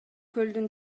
көлдүн